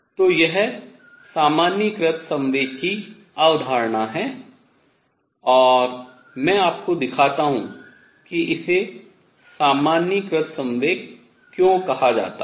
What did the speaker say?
तो यह सामान्यीकृत संवेग की अवधारणा है और मैं आपको दिखाता हूँ कि इसे सामान्यीकृत संवेग क्यों कहा जाता है